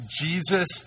Jesus